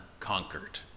conquered